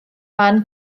fan